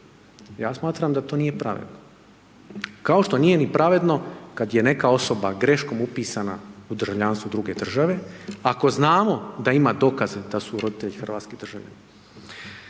Ja smatram da to nije pravedno, kao što nije ni pravedno kada je neka osoba greškom upisana u državljanstvo druge države, ako znamo da ima dokaze da su roditelji hrvatski državljani.